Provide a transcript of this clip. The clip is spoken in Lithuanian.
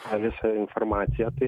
tą visą informaciją tai